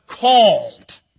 called